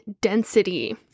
density